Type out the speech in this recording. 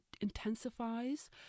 intensifies